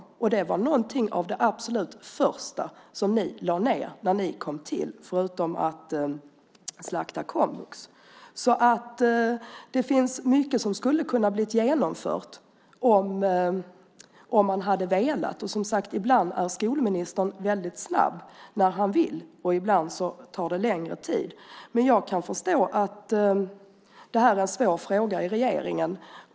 Att lägga ned den var något av det absolut första som ni gjorde när ni kom till makten, förutom att slakta komvux. Det finns mycket som skulle ha kunnat bli genomfört om man hade velat. Som sagt är skolministern ibland väldigt snabb när han vill och ibland tar det längre tid. Jag kan förstå att det här är en svår fråga i regeringen.